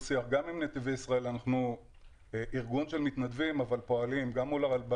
ואנחנו צריכים לקבל את המענה ההולם לבעיות